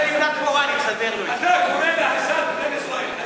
אתה גורם להריסת בתים ישראליים.